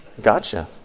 gotcha